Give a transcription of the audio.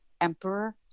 emperor